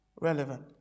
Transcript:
relevant